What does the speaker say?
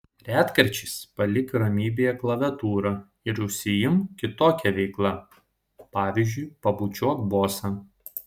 retkarčiais palik ramybėje klaviatūrą ir užsiimk kitokia veikla pavyzdžiui pabučiuok bosą